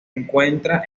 encuentra